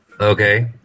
Okay